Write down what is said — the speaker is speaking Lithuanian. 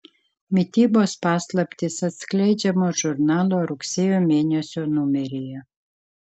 mitybos paslaptys atskleidžiamos žurnalo rugsėjo mėnesio numeryje